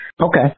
Okay